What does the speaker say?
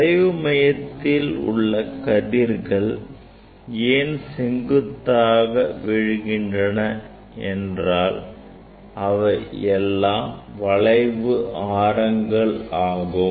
வளைவு மையத்தில் உள்ள கதிர்கள் ஏன் செங்குத்தாக விழுகின்றன என்றால் அவை எல்லாம் வளைவு ஆரங்கள் ஆகும்